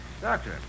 Doctor